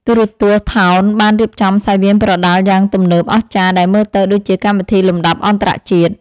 ទូរទស្សន៍ថោនបានរៀបចំសង្វៀនប្រដាល់យ៉ាងទំនើបអស្ចារ្យដែលមើលទៅដូចជាកម្មវិធីលំដាប់អន្តរជាតិ។